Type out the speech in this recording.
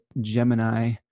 Gemini